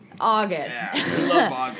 August